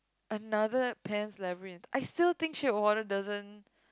another Pan's Labyrinth I still think Shape of Water doesn't